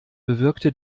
bewirkte